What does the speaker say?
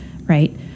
right